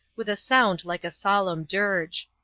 with a sound like a solemn dirge.